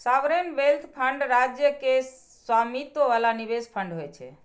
sovereign wealth fund राज्य के स्वामित्व बला निवेश फंड होइ छै